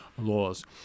laws